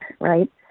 right